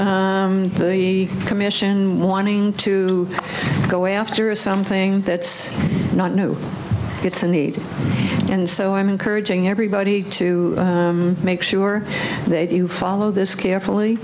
about the commission wanting to go after is something that's not new it's a need and so i'm encouraging everybody to make sure they do follow this carefully